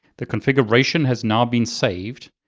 the configuration has now been saved.